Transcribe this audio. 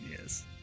Yes